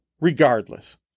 regardless